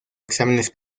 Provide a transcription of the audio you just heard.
exámenes